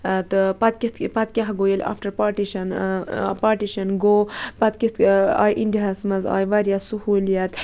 تہٕ پَتہِ کِتھ پَتہٕ کیاہ گوٚو ییٚلہِ آفٹَر پاٹِشَن پاٹِشَن گوٚو پَتہٕ کِتھ آیہِ اِنڈیا ہَس مَنٛز آیہِ واریاہ سُہولیت